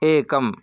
एकम्